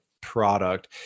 product